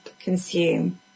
consume